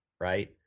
right